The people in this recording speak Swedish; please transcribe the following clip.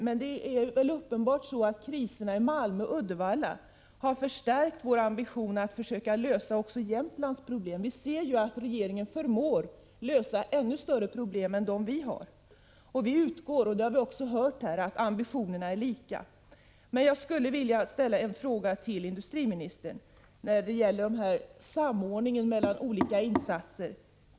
Men det är uppenbart så att kriserna i Malmö och Uddevalla har förstärkt vår ambition att försöka lösa också Jämtlands problem. Vi ser ju att regeringen förmår lösa ännu större problem än dem som vi har. Vi utgår ifrån att, som vi också hört här, ambitionerna är lika. Jag skulle vilja ställa en fråga till industriministern om samordningen mellan olika insatser.